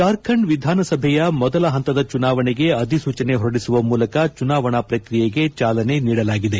ಜಾರ್ಖಂಡ್ ವಿಧಾನಸಭೆಯ ಮೊದಲ ಹಂತದ ಚುನಾವಣೆಗೆ ಅಧಿಸೂಚನೆ ಹೊರಡಿಸುವ ಮೂಲಕ ಚುನಾವಣಾ ಪ್ರಕ್ರಿಯೆಗೆ ಚಾಲನೆ ನೀಡಲಾಗಿದೆ